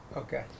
Okay